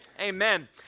Amen